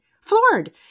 floored